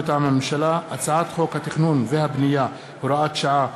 מטעם הממשלה: הצעת חוק התכנון והבנייה (הוראת שעה),